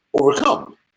overcome